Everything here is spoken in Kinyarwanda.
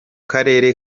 karere